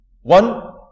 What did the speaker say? One